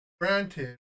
granted